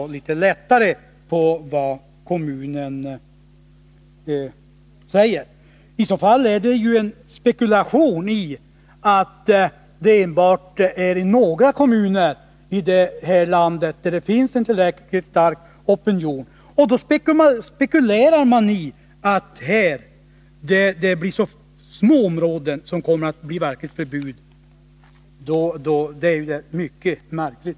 I så fall spekulerar man i att det bara i några kommuner i landet finns en tillräckligt stark opinion. Man räknar alltså med att det blir så små områden där det blir ett förbud. Det är mycket märkligt.